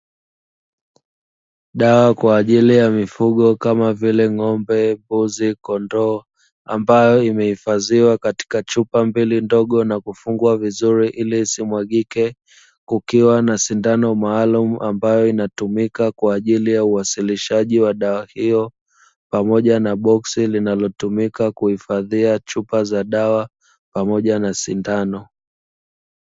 Dawa kwa ajili ya mifugo kama vile ng'ombe, mbuzi, kondoo ambayo imehifadhiwa katika chupa mbili ndogo na kufungwa vizuri ili isimwagike, kukiwa na sindano maalumu ambayo inatumika kwa ajili ya uwasilishaji wa dawa hiyo pamoja na boksi linalotumika kuhifadhia chupa za dawa pamoja na sindano.